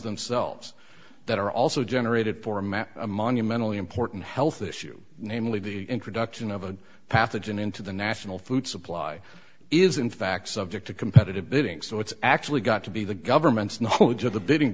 themselves that are also generated for america monumentally important health issue namely the introduction of a pathogen into the national food supply is in fact subject to competitive bidding so it's actually got to be the government's knowledge of the bidding